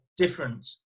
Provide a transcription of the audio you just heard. Different